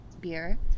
beer